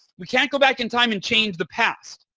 we can't go back in time and change the past.